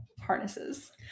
harnesses